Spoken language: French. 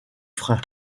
freins